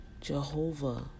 Jehovah